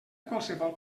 qualsevol